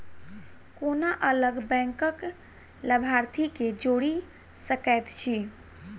कोना अलग बैंकक लाभार्थी केँ जोड़ी सकैत छी?